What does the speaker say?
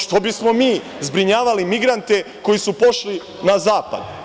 Što bismo mi zbrinjavali migrante koji su pošli na zapad?